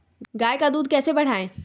गाय का दूध कैसे बढ़ाये?